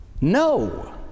No